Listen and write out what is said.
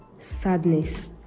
sadness